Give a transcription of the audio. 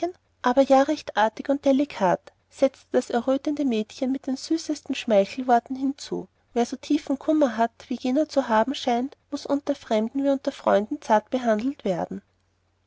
aber ja recht artig und delikat setzte das errötende mädchen mit den süßesten schmeichelworten hinzu wer so tiefen kummer hat wie jener zu haben scheint muß unter fremden wie unter freunden zart behandelt werden